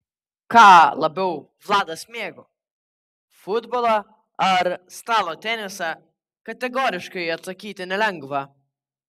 ką labiau vladas mėgo futbolą ar stalo tenisą kategoriškai atsakyti nelengva